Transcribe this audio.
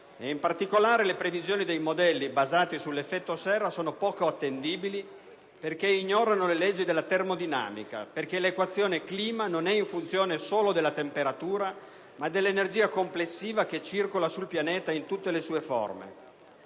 in particolare, le previsioni dei modelli basati sull'effetto serra sono poco attendibili, perché ignorano le leggi della termodinamica e perché l'«equazione clima» non è in funzione solo della temperatura, ma dell'energia complessiva che circola sul pianeta in tutte le sue forme.